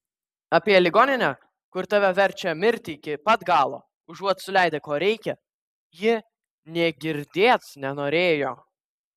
apie ligoninę kur tave verčia mirti iki pat galo užuot suleidę ko reikia ji nė girdėt nenorėjo